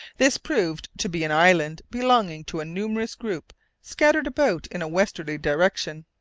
this proved to be an island belonging to a numerous group scattered about in a westerly direction.